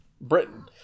Britain